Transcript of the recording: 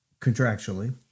contractually